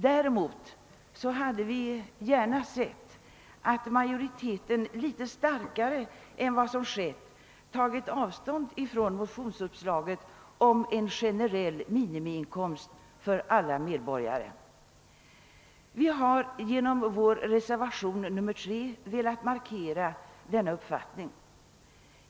Däremot hade vi reservanter gärna sett att utskottsmajoriteten litet starkare än vad som skett tagit avstånd från motionsuppslaget om en generell minimiinkomst för alla medborgare. Vi har i reservationen 3 velat markera denna uppfattning.